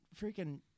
freaking